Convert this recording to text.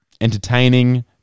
entertaining